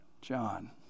John